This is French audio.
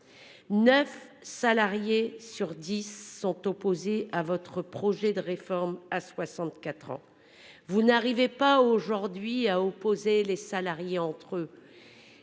9 salariés sur 10 sont opposés à votre projet de réforme. À 64 ans vous n'arrivez pas aujourd'hui à opposer les salariés entre eux.